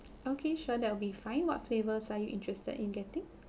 okay sure that will be fine what flavors are you interested in getting